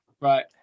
Right